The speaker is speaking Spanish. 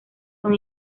son